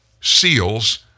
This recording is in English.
SEALs